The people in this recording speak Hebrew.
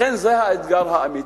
לכן, זה האתגר האמיתי,